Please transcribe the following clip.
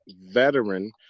veteran